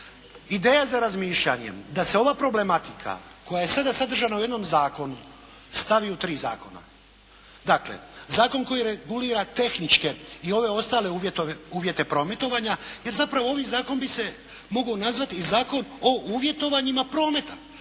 Ideja za razmišljanjem da se ova problematika koja je sada sadržana u jednom zakonu stavi u tri zakona, dakle zakon koji regulira tehničke i ove ostale uvjete prometovanje, jer zapravo ovi zakon bi se mogao nazvati i Zakon o uvjetovanjima prometa.